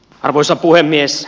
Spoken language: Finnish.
arvoisa puhemies